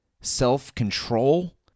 self-control